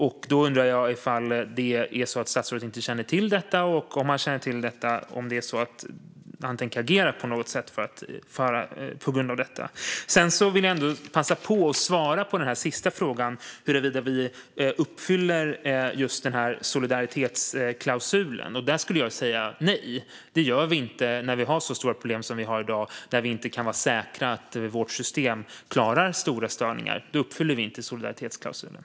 Jag undrar om statsrådet inte känner till detta, och om han känner till det undrar jag om han tänker agera på något sätt med anledning av det. Jag vill även passa på och svara på frågan om Sverige uppfyller solidaritetsklausulen. Jag skulle säga nej. Det gör vi inte när vi har så stora problem som vi har i dag. Vi kan ju inte vara säkra på att vårt system klarar stora störningar. Då uppfyller vi inte solidaritetsklausulen.